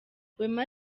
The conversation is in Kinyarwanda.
wema